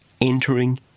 entering